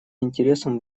интересом